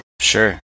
Sure